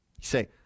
say